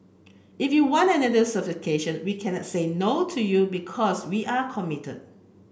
if you want another certification we cannot say no to you because we're commit